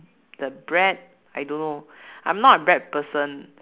the bread I don't know I'm not a bread person